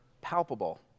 palpable